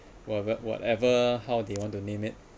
whatever whatever how they want to name it